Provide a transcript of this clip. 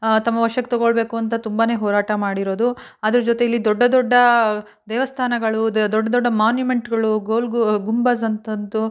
ತಮ್ಮ ವಶಕ್ಕೆ ತೊಗೊಳ್ಬೇಕು ಅಂತ ತುಂಬನೇ ಹೋರಾಟ ಮಾಡಿರೋದು ಅದ್ರ ಜೊತೆ ಇಲ್ಲಿ ದೊಡ್ಡ ದೊಡ್ಡ ದೇವಸ್ಥಾನಗಳೂ ದೊಡ್ಡ ದೊಡ್ಡ ಮೋನ್ಯುಮೆಂಟ್ಗಳು ಗೋಲ್ ಗುಂಬಝ್ ಅಂಥದ್ದು